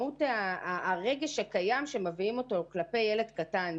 מהות הרגש הקיים שמביעים אותו כלפי ילד קטן.